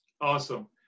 Awesome